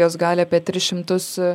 jos gali apie tris šimtus